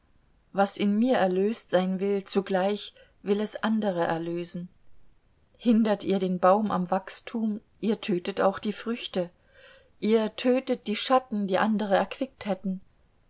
was in mir erlöst sein will zugleich will es andere erlösen hindert ihr den baum am wachstum ihr tötet auch die früchte ihr tötet die schatten die andere erquickt hätten